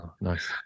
Nice